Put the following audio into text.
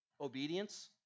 Obedience